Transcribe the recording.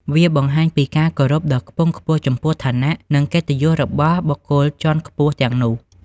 វាបង្ហាញពីការគោរពដ៏ខ្ពង់ខ្ពស់ចំពោះឋានៈ និងកិត្តិយសរបស់បុគ្គលជាន់ខ្ពស់ទាំងនោះ។